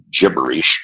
gibberish